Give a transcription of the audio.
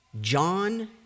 John